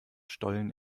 stollen